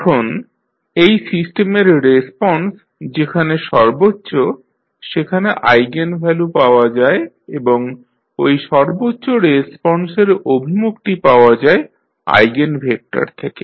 এখন এই সিস্টেমের রেসপন্স যেখানে সর্বোচ্চ সেখানে আইগেনভ্যালু পাওয়া যায় এবং ঐ সর্বোচ্চ রেসপন্সের অভিমুখটি পাওয়া যায় আইগেনভেক্টর থেকে